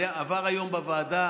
עבר היום בוועדה,